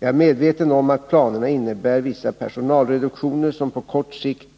Jag är medveten om att planerna innebär vissa personalreduktioner som på kort sikt